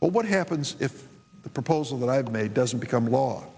but what happens if the proposal that i had made doesn't become law